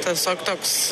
tiesiog toks